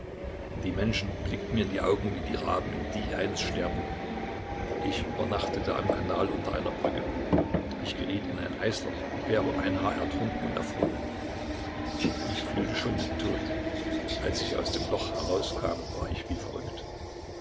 die menschen blickten mir in die augen wie die raben in die eines sterbenden ich übernachtete am kanal unter einer brücke ich geriet in ein eisloch und wäre um ein haar ertrunken und erfroren ich fühlte schon den tod als ich aus dem loch herauskam war ich wie verrückt